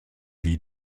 wie